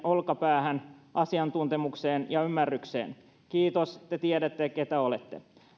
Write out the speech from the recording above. olkapäähän asiantuntemukseen ja ymmärrykseen kiitos te tiedätte keitä olette